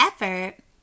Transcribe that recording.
effort